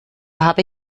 habe